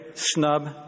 snub